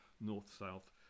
North-South